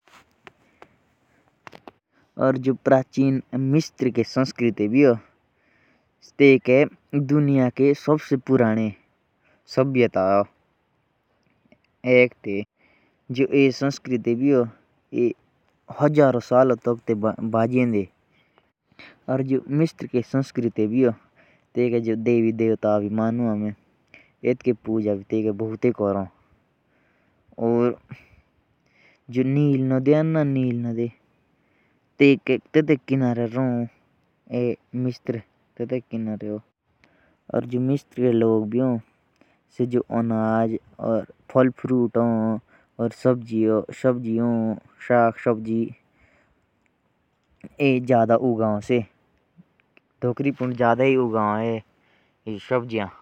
मिस्त्री की सभ्यता ह हजारो साल तक थी और भगवान की पूजा भी जादा के जाती ह। और वहां अनाज भी जादा उगाया जाता ह।